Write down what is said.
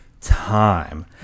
time